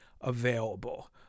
available